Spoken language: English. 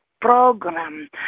program